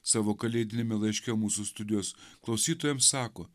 savo kalėdiniame laiške mūsų studijos klausytojams sako